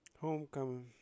homecoming